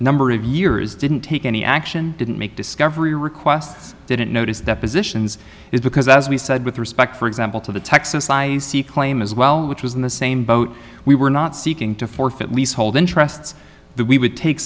number of years didn't take any action didn't make discovery requests didn't notice depositions it because as we said with respect for example to the texas claim as well which was in the same boat we were not seeking to forfeit leasehold interests that we would take